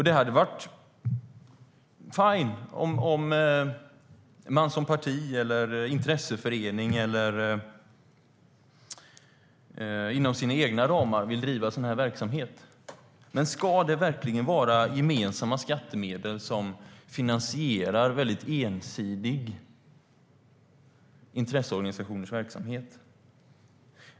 Det är fine om man som parti eller intresseförening vill driva sådan verksamhet inom sina egna ramar. Men ska det verkligen vara gemensamma skattemedel som ska finansiera ensidiga intresseorganisationers verksamhet?